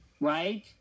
Right